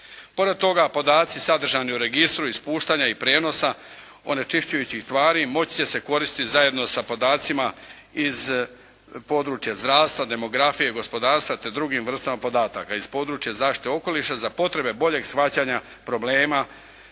Pored toga podaci sadržani u registru ispuštanja i prijenosa onečišćujućih tvari moći će se koristiti zajedno sa podacima iz područja zdravstva, demografije, gospodarstva te drugim vrstama podataka. Iz područja zaštite okoliša za potrebe boljeg shvaćanja problema,